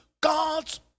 God's